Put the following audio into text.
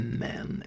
men